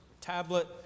tablet